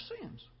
sins